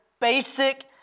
basic